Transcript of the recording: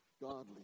godly